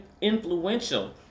influential